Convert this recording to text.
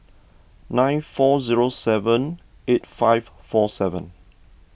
nine four zero seven eight five four seven